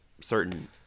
certain